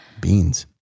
Beans